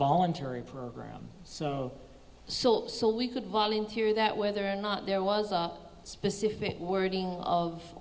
voluntary program so so so we could volunteer that whether or not there was a specific wording of